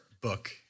book